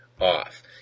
off